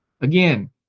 Again